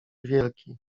wielki